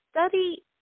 Study